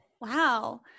Wow